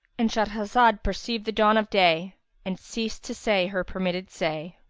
and shahrazad perceived the dawn of day and ceased to say her permitted say.